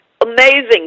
amazing